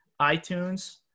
iTunes